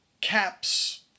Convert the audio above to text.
caps